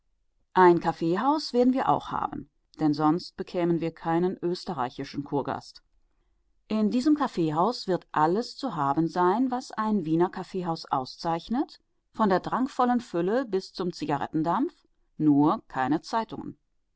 ein kaffeehaus werden wir auch haben denn sonst bekämen wir keinen österreichischen kurgast in diesem kaffeehaus wird alles zu haben sein was ein wiener kaffeehaus auszeichnet von der drangvollen fülle bis zum zigarettendampf nur keine